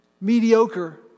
mediocre